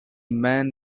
man